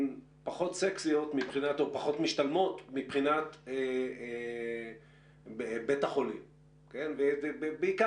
פחות סקסיות או פחות משתלמות מבחינת בית החולים; בעיקר,